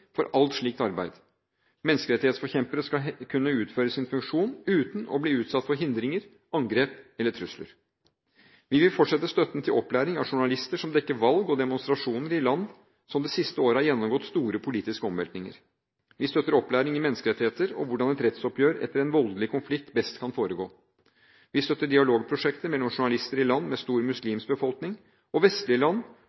for alt slikt arbeid. Menneskerettighetsforkjempere skal kunne utføre sin funksjon uten å bli utsatt for hindringer, angrep eller trusler. Vi vil fortsette støtten til opplæring av journalister som dekker valg og demonstrasjoner i land som det siste året har gjennomgått store politiske omveltninger. Vi støtter opplæring i menneskerettigheter og hvordan et rettsoppgjør etter en voldelig konflikt best kan foregå. Vi støtter dialogprosjekter mellom journalister i land med stor